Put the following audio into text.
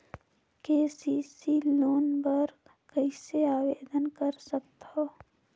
KCC loan बर कइसे आवेदन कर सकथव?